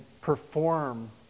perform